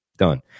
done